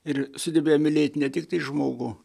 ir sugebėjo mylėt ne tiktai žmogų